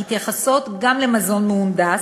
שמתייחסות גם למזון מהונדס,